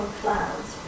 clouds